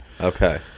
Okay